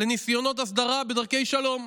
לניסיונות הסדרה בדרכי שלום.